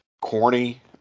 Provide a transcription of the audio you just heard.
corny